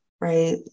right